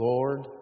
Lord